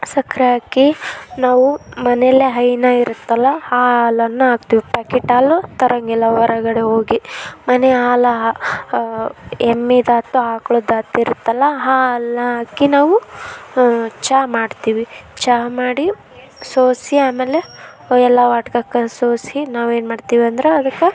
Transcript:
ಸಕ್ಕರೆ ಹಾಕಿ ನಾವು ಮನೆಯಲ್ಲೇ ಹೈನು ಇರುತ್ತಲ್ಲ ಆ ಹಾಲನ್ನ ಹಾಕ್ತೀವ್ ಪ್ಯಾಕೆಟ್ ಹಾಲು ತರೋಂಗಿಲ್ಲ ಹೊರಗಡೆ ಹೋಗಿ ಮನೆ ಹಾಲು ಎಮ್ಮೆದಾಯ್ತು ಆಕಳುದಾಯ್ತು ಇರುತ್ತಲ್ಲ ಆ ಹಾಲ್ನ ಹಾಕಿ ನಾವು ಚಹಾ ಮಾಡ್ತೀವಿ ಚಹಾ ಮಾಡಿ ಸೋಸಿ ಆಮೇಲೆ ಅವ್ರ್ ಎಲ್ಲ ವಾಟ್ಕಕ್ಕಲ್ಲಿ ಸೋಸಿ ನಾವೇನು ಮಾಡ್ತೀವಂದ್ರೆ ಅದಕ್ಕೆ